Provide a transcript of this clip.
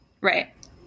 Right